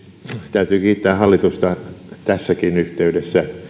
täytyy kiittää hallitusta tässäkin yhteydessä